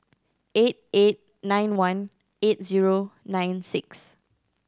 eight eight nine one eight zero nine six